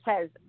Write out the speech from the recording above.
says